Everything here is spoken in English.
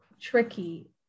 tricky